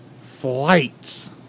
flights